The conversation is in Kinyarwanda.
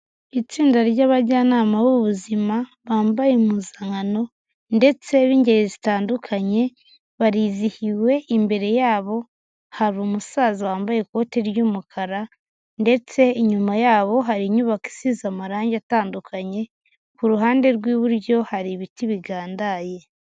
Itsinda ry'abajyanama b'ubuzima bambaye impuzankano ndetse b'ingeri zitandukanye, barizihiwe imbere yabo hari umusaza wambaye ikote ry'umukara ndetse inyuma yabo hari inyubako isize amarange atandukanye, ku ruhande rw'iburyo hari ibiti bigandaye.